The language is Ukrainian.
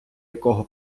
якого